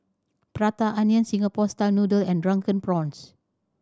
Prata Onion Singapore style noodle and Drunken Prawns